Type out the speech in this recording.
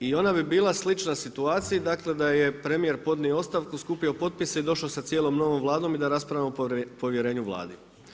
I ona bi bila slična situaciji, dakle da je premjer podnio ostavku, skupio potpise i došao sa cijelom novom Vladom i da raspravljamo o povjerenju Vladi.